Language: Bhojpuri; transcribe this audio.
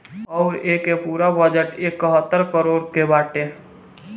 अउर एके पूरा बजट एकहतर हज़ार करोड़ के बाटे